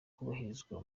kubahirizwa